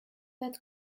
that